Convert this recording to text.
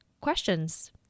questions